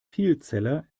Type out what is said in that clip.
vielzeller